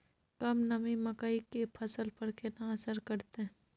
कम नमी मकई के फसल पर केना असर करतय?